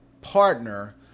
partner